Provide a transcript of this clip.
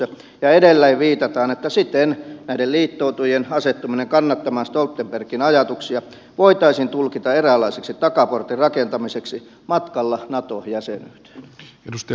ja edelleen viitataan että siten näiden liittoutujien asettuminen kannattamaan stoltenbergin ajatuksia voitaisiin tulkita eräänlaiseksi takaportin rakentamiseksi matkalla nato jäsenyyteen